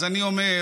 אז אני אומר: